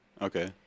Okay